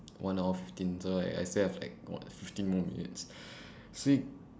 one hour fifteen so like I still have like what fifteen more minutes sleep